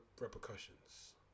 repercussions